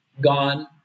gone